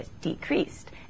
decreased